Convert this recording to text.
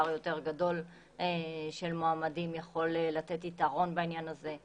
יותר גדול של מועמדים יכול לתת יתרון בעניין הזה.